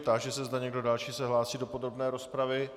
Táži se, zda se někdo další hlásí do podrobné rozpravy.